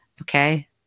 okay